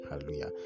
hallelujah